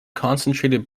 concentrated